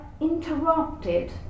interrupted